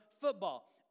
football